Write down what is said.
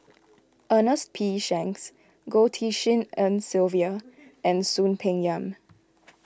Ernest P Shanks Goh Tshin En Sylvia and Soon Peng Yam